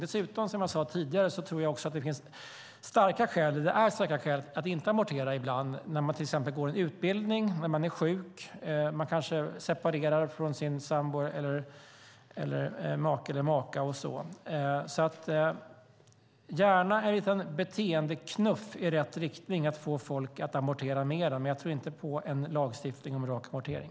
Dessutom, som jag sade tidigare, finns det ibland starka skäl att inte amortera. Det kan till exempel vara när man går en utbildning eller när man är sjuk. Man kanske separerar från sin sambo, make eller maka. Jag ser gärna en liten beteendeknuff i rätt riktning för att få folk att amortera mer, men jag tror inte på en lagstiftning om rak amortering.